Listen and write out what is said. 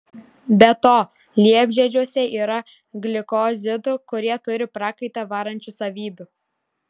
be to liepžiedžiuose yra glikozidų kurie turi prakaitą varančių savybių